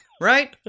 Right